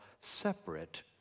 separate